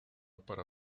para